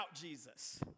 Jesus